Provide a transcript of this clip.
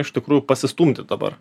iš tikrųjų pasistumdyt dabar